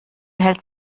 hält